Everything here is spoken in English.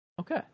Okay